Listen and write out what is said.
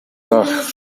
laag